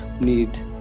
need